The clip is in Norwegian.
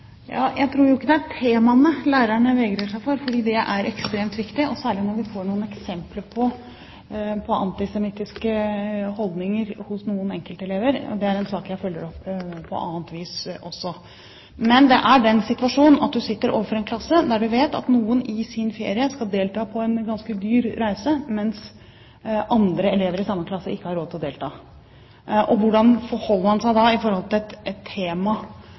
Jeg tror ikke det er temaene lærerne vegrer seg for, for de er ekstremt viktige, særlig når vi får eksempler på antisemittiske holdninger hos noen enkeltelever. Det er en sak jeg følger opp på annet vis også. Men det er situasjonen. Du sitter overfor en klasse og vet at noen i sin ferie skal delta på en ganske dyr reise, mens andre elever i samme klasse ikke har råd til å delta. Hvordan forholder man seg da til et tema